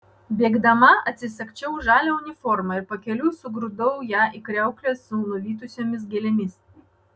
bėgdama atsisagsčiau žalią uniformą ir pakeliui sugrūdau ją į kriauklę su nuvytusiomis gėlėmis